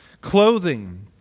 clothing